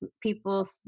people